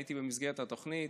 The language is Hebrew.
הייתי במסגרת התוכנית.